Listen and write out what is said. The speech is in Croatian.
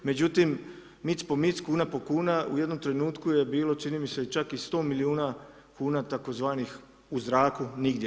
Međutim, mic po mic, kuna po kuna u jednom trenutku je bilo čini mi se i čak 100 milijuna kuna tzv. u zraku nigdje.